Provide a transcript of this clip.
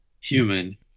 human